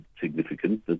significant